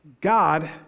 God